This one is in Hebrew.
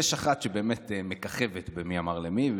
יש אחת שבאמת מככבת במי אמר למי,